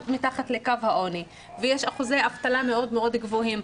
מתחת לקו העוני ויש אחוזי אבטלה מאוד גבוהים,